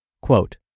quote